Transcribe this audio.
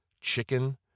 chicken